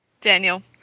Daniel